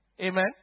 Amen